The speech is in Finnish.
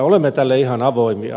olemme tälle ihan avoimia